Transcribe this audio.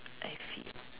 I see